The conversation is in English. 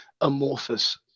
amorphous